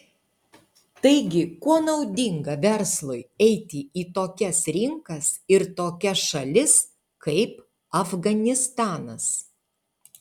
taigi kuo naudinga verslui eiti į tokias rinkas ir tokias šalis kaip afganistanas